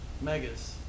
Megas